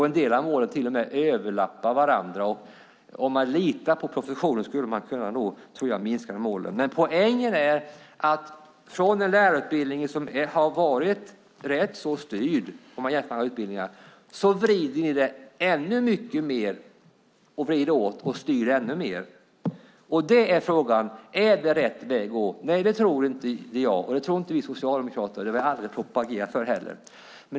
En del av målen till och med överlappar varandra. Om man litade på professionen tror jag man skulle kunna minska målen. Poängen är att vi har haft en lärarutbildning som har varit rätt så styrd om man jämför med andra utbildningar, men nu vrider ni åt ännu mer och styr ännu mer. Är det rätt väg att gå? Nej, det tror inte jag. Det tror inte vi socialdemokrater, och det har vi aldrig propagerat för heller.